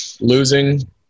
Losing